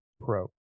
pro